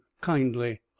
kindly